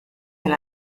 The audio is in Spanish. del